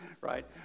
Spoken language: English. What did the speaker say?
Right